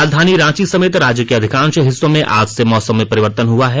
राजधानी रांची समेत राज्य के अधिकांश हिस्सों में आज से मौसम में परिवर्तन हआ है